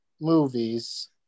movies